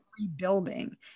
rebuilding